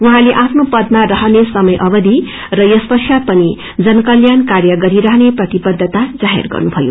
उझैँले आफ्नो पदामा रहने समय अवधि र यसपश्वात पनि जन कल्याण कार्य गरिरहने प्रतिबद्धता जाहेर गर्नुभयो